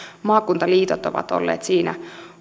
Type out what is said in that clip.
maakuntaliitot ovat olleet siinä